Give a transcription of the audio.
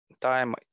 time